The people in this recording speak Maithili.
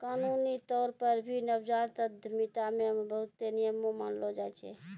कानूनी तौर पर भी नवजात उद्यमिता मे बहुते नियम मानलो जाय छै